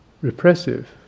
repressive